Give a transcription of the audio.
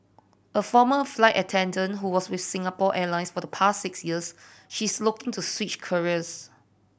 a former flight attendant who was with Singapore Airlines for the past six years she is looking to switch careers